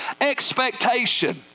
expectation